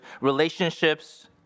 relationships